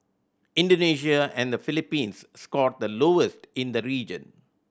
Indonesia and the Philippines scored the lowest in the region